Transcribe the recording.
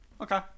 okay